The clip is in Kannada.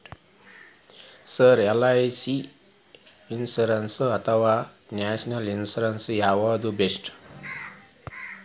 ಸರ್ ಎಲ್.ಐ.ಸಿ ಇನ್ಶೂರೆನ್ಸ್ ಅಥವಾ ನ್ಯಾಷನಲ್ ಇನ್ಶೂರೆನ್ಸ್ ಯಾವುದು ಬೆಸ್ಟ್ರಿ?